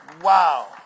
Wow